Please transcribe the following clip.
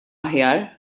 aħjar